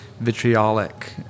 vitriolic